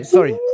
Sorry